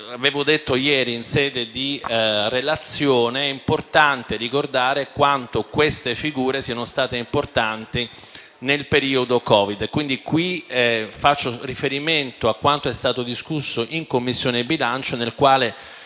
ho detto ieri in sede di discussione, è importante ricordare quanto queste figure siano state importanti nel periodo del Covid-19. Quindi faccio riferimento a quanto è stato discusso in Commissione bilancio e al